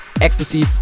Ecstasy